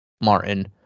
Martin